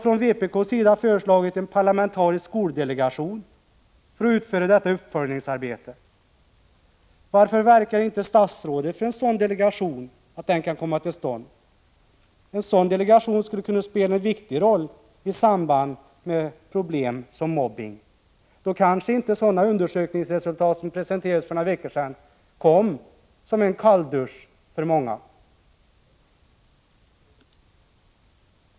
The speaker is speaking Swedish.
Från vpk:s sida har vi föreslagit tillsättande av en parlamentarisk skoldelegation för att utföra detta uppföljningsarbete. Varför verkar inte statsrådet för att en sådan delegation kan komma till stånd? En delegation av det här slaget skulle kunna spela en viktig roll i samband med problem som mobbning. Då kanske inte ett sådant undersökningsresultat som det som presenterades för ett par veckor sedan behövde redovisas och komma som en kalldusch för många.